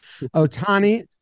Otani